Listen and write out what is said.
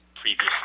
previously